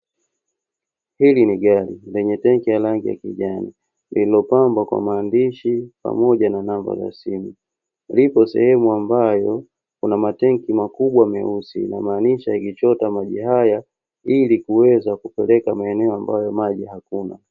Hili ni gari lenye tenki la rangi ya kijani lililopambwa kwa maandishi pamoja na namba za simu. Liko sehemu ambayo kuna matenki makubwa meusi, inamaanisha ikichota maji haya ili kuweza kupeleka maeneo ambayo maji hakuna.